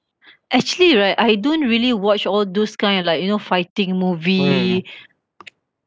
actually right I don't really watch all those kind of like you know fighting movie